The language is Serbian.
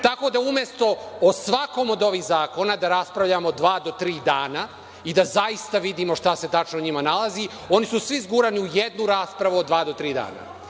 tako da umesto o svakom od ovih zakona da raspravljamo dva do tri dana i da zaista vidimo šta se tačno u njima nalazi, oni su svi zgurani u jednu raspravu od dva do tri dana. Da